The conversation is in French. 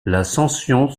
l’ascension